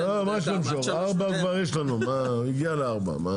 מה ישי למשוך כבר יש לנו 16:00 כבר יש לנו הנימוק שלי מאוד פשוט,